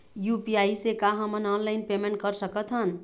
UPI से का हमन ऑनलाइन पेमेंट कर सकत हन?